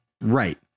Right